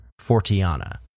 Fortiana